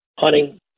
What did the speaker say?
hunting